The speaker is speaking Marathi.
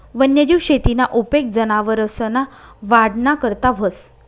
वन्यजीव शेतीना उपेग जनावरसना वाढना करता व्हस